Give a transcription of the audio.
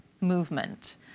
movement